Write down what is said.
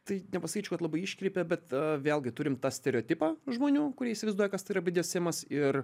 tai nepasakyčiau kad labai iškreipia bet vėlgi turim tą stereotipą žmonių kurie įsivaizduoja kas tai yra bdesemas ir